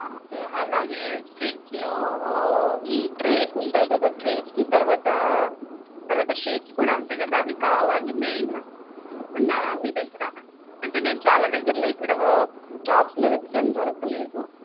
okay అలాగే ఫ్రిడ్జ్లో ఈ ట్రేస్ ఉంటాయి కదా ట్రేస్ తర్వాత తర్వాత షీట్స్ కూడా ఉంటాయి కదా అవి కావాలి మెయిన్ ఉన్నాయా మీ దగ్గర అంటే నేను చాలా దగ్గరలో ఇక్కడ షాప్స్లో వెతికాను దొరకలేదు